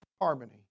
harmony